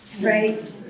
Right